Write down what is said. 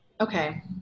Okay